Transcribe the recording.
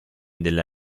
della